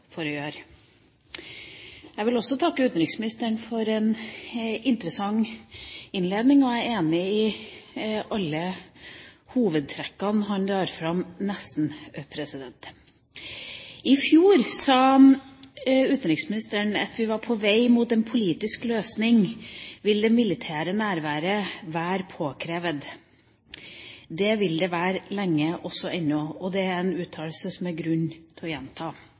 for en interessant innledning, og jeg er enig i alle hovedtrekkene han drar fram – nesten. I fjor sa utenriksministeren: «På veien mot en politisk løsning vil det militære nærværet være påkrevd.» Det vil det være lenge ennå – og det er en uttalelse som det er grunn til å gjenta.